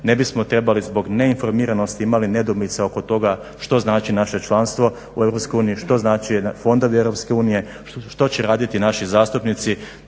Ne bismo trebali zbog neinformiranosti imati nedoumica oko toga što znači naše članstvo u EU, što znači fondovi EU, što će raditi naši zastupnici.